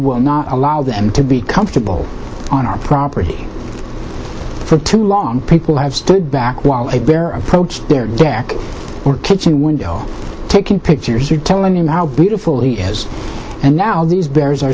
will not allow them to be comfortable on our property for too long people have stood back while a bear approached their deck or kitchen window taking pictures here telling them how beautiful he has and now these bears are